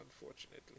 unfortunately